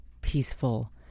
peaceful